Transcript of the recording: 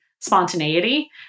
spontaneity